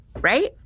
right